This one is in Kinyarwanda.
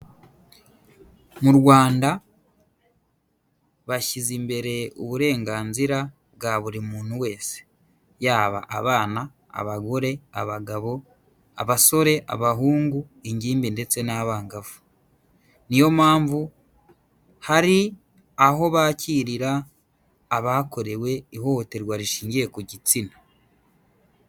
Mu Rwanda bashyize imbere uburenganzira bwa buri muntu wese, yaba abana, abagore, abagabo, abasore, abahungu, ingimbi ndetse n'abangavu, niyo mpamvu hari aho bakirira abakorewe ihohoterwa rishingiye ku gitsina.